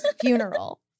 funeral